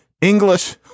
English